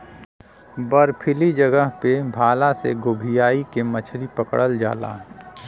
बर्फीली जगह पे भाला से गोभीयाई के मछरी पकड़ल जाला